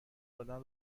دادن